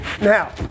Now